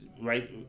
Right